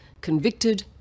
convicted